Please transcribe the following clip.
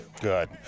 Good